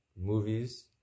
movies